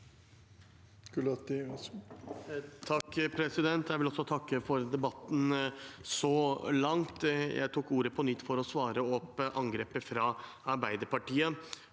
(FrP) Jeg vil også takke for debatten så langt. Jeg tok ordet på nytt for å svare på angrepet fra Arbeiderpartiet